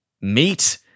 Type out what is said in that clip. meat